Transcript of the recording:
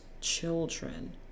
children